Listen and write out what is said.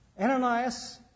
Ananias